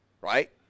Right